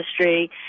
industry